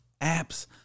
apps